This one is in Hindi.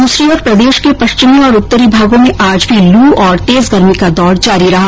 दूसरी ओर प्रदेश के पश्चिमी और उत्तरी भागों में आज भी लू और तेज गर्मी का दौर जारी रहा